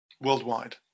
worldwide